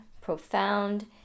profound